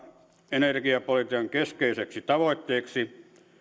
energiapolitiikan keskeiseksi tavoitteeksi